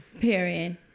Period